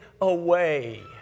away